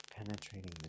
Penetrating